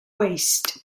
waist